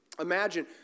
imagine